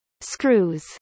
Screws